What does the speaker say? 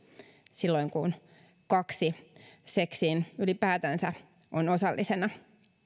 silloin kun kaksi seksiin ylipäätänsä on osallisena